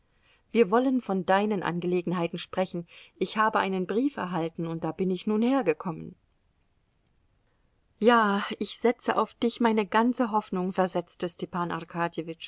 wir wollen von deinen angelegenheiten sprechen ich habe einen brief erhalten und da bin ich nun hergekommen ja ich setze auf dich meine ganze hoffnung versetzte stepan